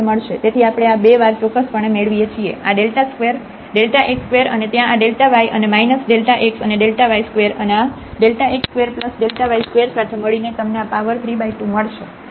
તેથી આપણે આ 2 વાર ચોક્કસપણે મેળવીએ છીએ આ xસ્ક્વેર અને ત્યાં આ y વાય અને માઈનસ xઅનેyસ્ક્વેર અને આ xસ્ક્વેર yસ્ક્વેર સાથે મળીને તમને આ પાવર 3 2 મળશે